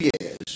years